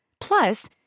Plus